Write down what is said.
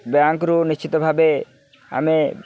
ବ୍ୟାଙ୍କରୁ ନିଶ୍ଚିତ ଭାବେ ଆମେ